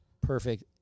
perfect